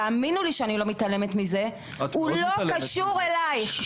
תאמינו לי שאני לא מתעלמת מזה הוא לא קשור אלייך.